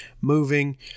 moving